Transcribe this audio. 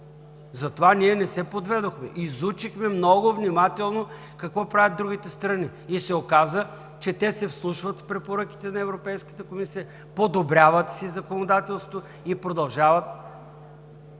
затова ние не се подведохме. Изучихме много внимателно какво правят другите страни и се оказа, че те се вслушват в препоръките на Европейската комисия, подобряват си законодателството и продължават.